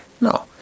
no